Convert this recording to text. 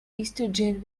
estrogen